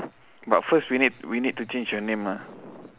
but first we need we need to change your name ah